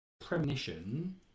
premonition